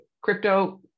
Crypto